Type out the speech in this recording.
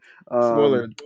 Spoiler